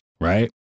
Right